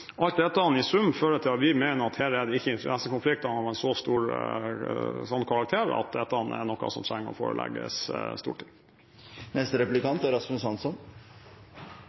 Alt dette i sum fører til at vi mener at her er det ikke interessekonflikt av en sånn karakter at dette er noe som trengs forelegges Stortinget. Jeg er